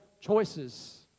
choices